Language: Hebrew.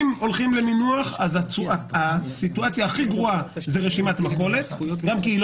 אם הולכים למינוח אז הסיטואציה הכי גרועה זאת רשימת מכולת גם מכיוון